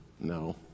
no